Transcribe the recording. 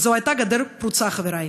וזו הייתה גדר פרוצה, חברי.